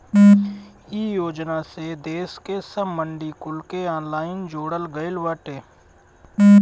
इ योजना से देस के सब मंडी कुल के ऑनलाइन जोड़ल गईल बाटे